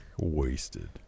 Wasted